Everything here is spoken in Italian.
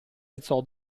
alzò